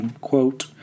quote